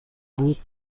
بود